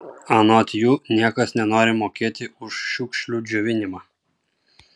anot jų niekas nenori mokėti už šiukšlių džiovinimą